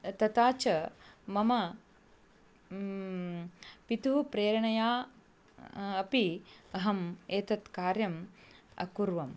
तथा च मम पितुः प्रेरणया अपि अहम् एतत् कार्यम् अकुर्वम्